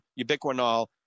ubiquinol